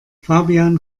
fabian